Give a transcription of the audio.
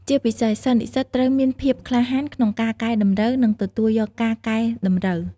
ជាពិសេសសិស្សនិស្សិតត្រូវមានភាព ក្លាហានក្នុងការកែតម្រូវ និងទទួលយកការកែតម្រូវ ។